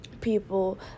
people